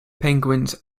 penguins